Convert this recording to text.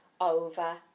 over